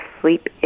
sleep